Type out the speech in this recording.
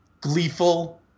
gleeful